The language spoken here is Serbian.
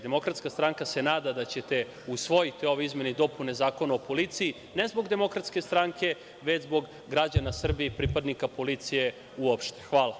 Demokratska stranka se nada ćete usvojiti ove izmene i dopune Zakona o policiji, ne zbog DS, već zbog građana Srbije i pripadnika policije uopšte.